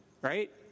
right